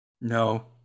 No